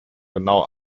genau